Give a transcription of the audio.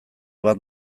bat